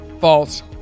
False